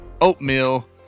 Oatmeal